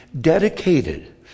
dedicated